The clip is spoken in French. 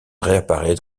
réapparaît